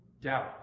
Doubt